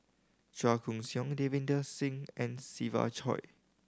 Chua Koon Siong Davinder Singh and Siva Choy